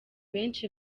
benshi